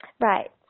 Right